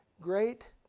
great